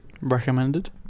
recommended